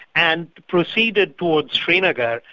and proceeded towards srinagar,